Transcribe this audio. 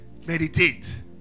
Meditate